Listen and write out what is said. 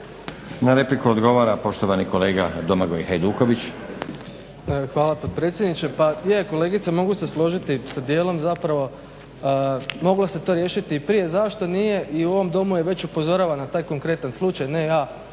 Na repliku odgovara poštovani kolega Domagoj Hajduković. **Hajduković, Domagoj (SDP)** Hvala potpredsjedniče. Pa je kolegice mogu se složiti sa dijelom, zapravo moglo se to riješiti i prije. Zašto nije i u ovom Domu je već upozoravano na taj konkretan slučaj. Ne ja,